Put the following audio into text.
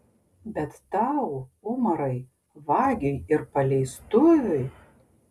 bet tau umarai vagiui ir paleistuviui